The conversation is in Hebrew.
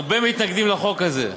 הרבה מתנגדים לחוק הזה,